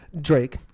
Drake